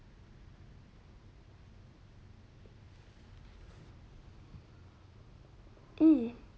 hmm